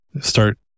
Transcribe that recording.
start